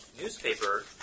Newspaper